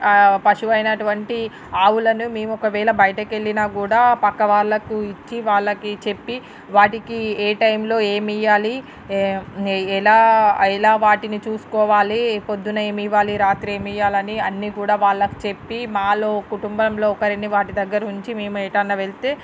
పశువయినటువంటి ఆవులను మేము ఒకవేళ బయటకి వెళ్ళినా కూడా పక్కవాళ్ళకు ఇచ్చి వాళ్ళకి చెప్పి వాటికీ ఏ టైంలో ఏమివ్వాలి ఏ ఏ ఎలా ఎలా వాటిని చూసుకోవాలి పొద్దున ఏమివ్వాలి రాత్రి ఏమివ్వాలని అన్నీ కూడా వాళ్లకి చెప్పి మాలో కుటుంబంలో ఒకరిని వాటి దగ్గరుంచి మేమెటన్నా వెళ్తే